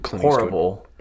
horrible